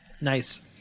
nice